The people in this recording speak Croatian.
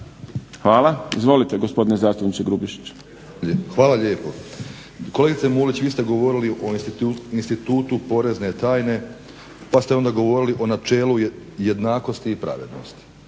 Hvala. Izvolite gospodine zastupniče Grubišić. **Grubišić, Boro (HDSSB)** Hvala lijepo. Kolegice Mulić, vi ste govorili o institutu porezne tajne, pa ste onda govorili o načelu jednakosti i pravednosti.